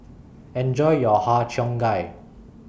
Enjoy your Har Cheong Gai